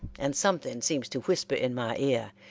and something seems to whisper in my ear,